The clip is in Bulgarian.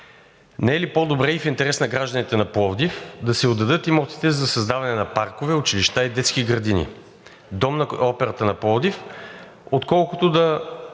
Не е ли по-добре и в интерес на гражданите на Пловдив да се отдадат имотите за създаване на паркове, училища и детски градини, Дом на операта на Пловдив, отколкото да